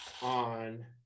on